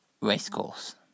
Racecourse